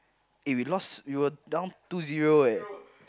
eh we lost we were down two zero eh